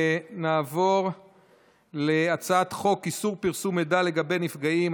נעבור להצעת חוק איסור פרסום מידע לגבי נפגעים,